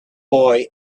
boy